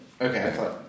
Okay